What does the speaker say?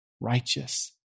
righteous